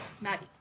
Maddie